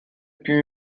più